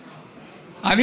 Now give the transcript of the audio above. דיברתי.